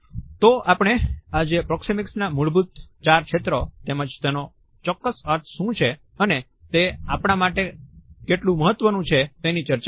તો આપણે આજે પ્રોક્ષિમિક્સના મૂળભૂત ચાર ક્ષેત્ર તેમજ તેનો ચોક્કસ અર્થ શું છે અને તે આપણા માટે કેટલું મહત્વનું છે તેની ચર્ચા કરી